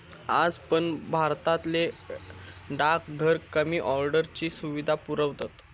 आज पण भारतातले डाकघर मनी ऑर्डरची सुविधा पुरवतत